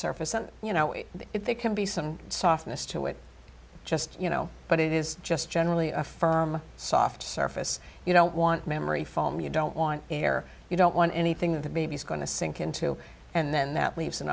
surface and you know if they can be some softness to it just you know but it is just generally a firm soft surface you don't want memory foam you don't want air you don't want anything that the b b c going to sink into and then that leaves an